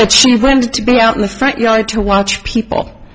but she wanted to be out in the front yard to watch people